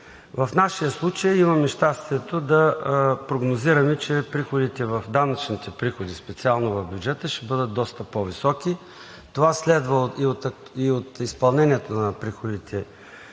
В нашия случай имаме щастието да прогнозираме, че данъчните приходи специално в бюджета ще бъдат доста по-високи. Това следва и от изпълнението на приходите